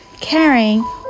caring